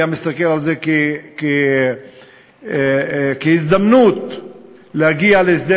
הוא היה מסתכל על זה כעל הזדמנות להגיע להסדר